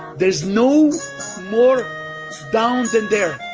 there is no more down than there.